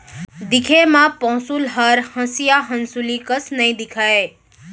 दिखे म पौंसुल हर हँसिया हँसुली कस नइ दिखय